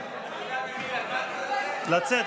לצאת,